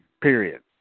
period